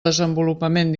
desenvolupament